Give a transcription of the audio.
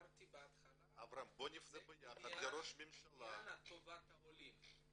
אמרתי בהתחלה, זה עניין טובתם של העולים.